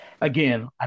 again